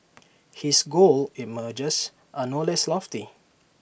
his goals IT emerges are no less lofty